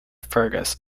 fergus